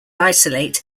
isolate